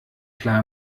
klar